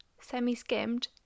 semi-skimmed